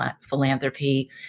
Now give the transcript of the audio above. philanthropy